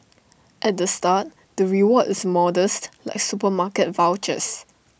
at the start the reward is modest like supermarket vouchers